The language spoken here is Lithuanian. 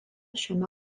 šiame